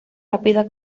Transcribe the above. rápida